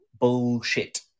bullshit